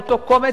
באותו קומץ,